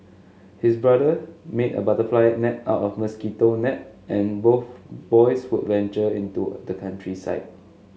his brother made a butterfly net out of mosquito net and both boys would venture into the countryside